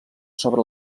sobre